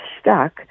stuck